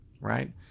Right